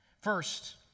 First